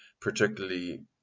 particularly